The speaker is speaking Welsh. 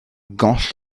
goll